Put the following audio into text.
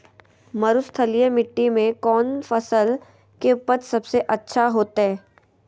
मरुस्थलीय मिट्टी मैं कौन फसल के उपज सबसे अच्छा होतय?